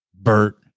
Bert